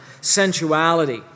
sensuality